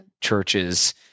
churches